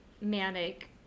manic